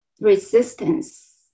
resistance